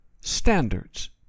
Standards